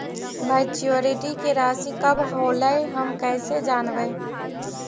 Maturity के रासि कब होलै हम कैसे जानबै?